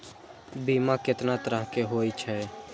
बीमा केतना तरह के हाई छै?